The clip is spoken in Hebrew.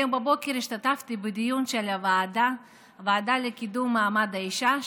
היום בבוקר השתתפתי בדיון של הוועדה לקידום מעמד האישה,